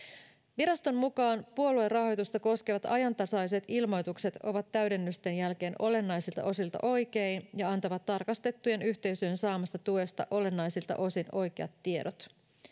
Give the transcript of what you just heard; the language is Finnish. viraston mukaan puoluerahoitusta koskevat ajantasaiset ilmoitukset ovat täydennysten jälkeen olennaisilta osilta oikein ja antavat tarkastettujen yhteisöjen saamasta tuesta olennaisilta osin oikeat tiedot